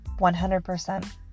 100%